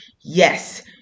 Yes